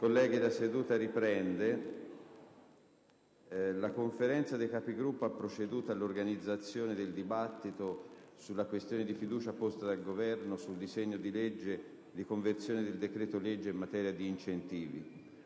nostri lavori. La Conferenza dei Capigruppo ha proceduto all'organizzazione del dibattito sulla questione di fiducia posta dal Governo sul disegno di legge di conversione del decreto-legge in materia di incentivi.